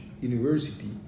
university